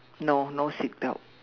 no no seat belt